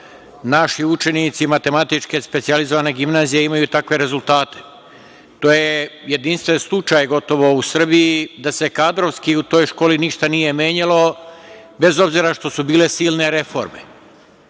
naši učenici Matematičke specijalizovane gimnazije imaju takve rezultate. To je jedinstven slučaj gotovo u Srbiji da se kadrovski u toj školi ništa nije menjalo bez obzira što su bile silne reforme.